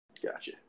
Gotcha